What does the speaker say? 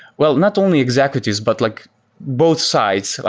well, not only executives, but like both sides.